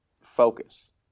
focus